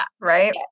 right